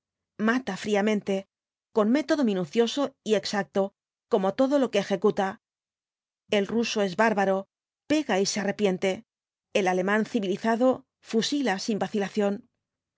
mata fríamente con método minucioso y exacto como todo lo que ejecuta el ruso es bárbaro pega y se arrepiente el alemán civilizado fusila sin vacilación